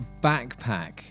Backpack